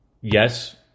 Yes